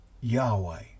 Yahweh